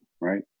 right